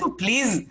please